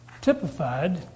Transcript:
typified